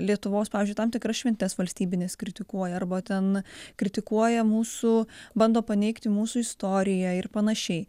lietuvos pavyzdžiui tam tikras šventes valstybinės kritikuoja arba ten kritikuoja mūsų bando paneigti mūsų istoriją ir panašiai